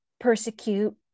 persecute